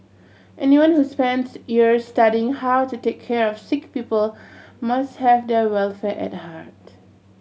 anyone who spends years studying how to take care of sick people must have their welfare at a heart